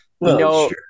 No